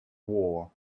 war